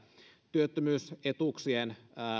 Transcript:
työttömyysetuuksien